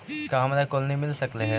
का हमरा कोलनी मिल सकले हे?